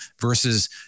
versus